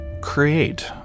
create